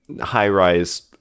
high-rise